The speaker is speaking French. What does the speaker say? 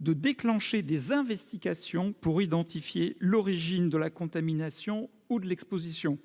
de déclencher des investigations pour identifier l'origine de la contamination ou de l'exposition.